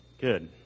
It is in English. Good